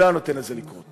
הוא לא היה נותן לזה לקרות,